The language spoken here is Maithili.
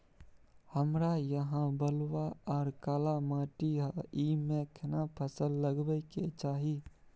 हमरा यहाँ बलूआ आर काला माटी हय ईमे केना फसल लगबै के चाही?